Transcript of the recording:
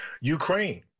Ukraine